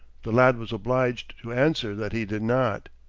the lad was obliged to answer that he did not.